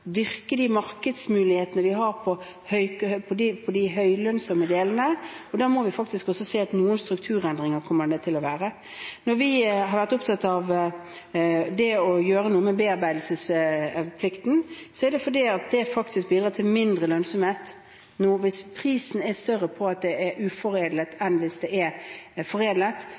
dyrke de markedsmulighetene vi har for de svært lønnsomme delene. Da må vi faktisk også si at noen strukturendringer kommer det til å være. Når vi har vært opptatt av å gjøre noe med bearbeidelsesplikten, er det fordi den faktisk bidrar til mindre lønnsomhet nå. Hvis prisen er høyere hvis det er uforedlet enn hvis det er foredlet,